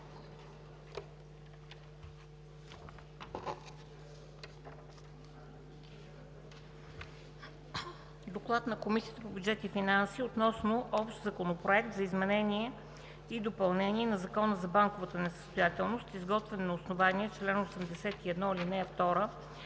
„Доклад на Комисията по бюджет и финанси относно Общ законопроект за изменение и допълнение на Закона за банковата несъстоятелност, изготвен на основание чл. 81, ал. 2